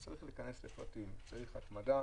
שצריך להיכנס בהם לפרטים וצריך התמדה,